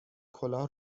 کلاه